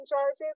charges